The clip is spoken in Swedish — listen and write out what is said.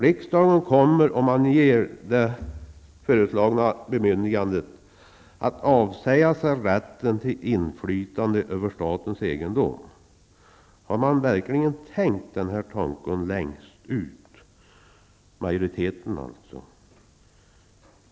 Riksdagen kommer, om man ger det föreslagna bemyndigandet, att avsäga sig rätten till inflytande över statens egendom. Har majoriteten verkligen tänkt den tanken längst ut?